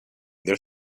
their